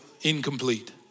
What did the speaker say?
incomplete